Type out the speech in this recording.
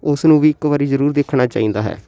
ਉਸ ਨੂੰ ਵੀ ਇੱਕ ਵਾਰੀ ਜ਼ਰੂਰ ਦੇਖਣਾ ਚਾਹੀਦਾ ਹੈ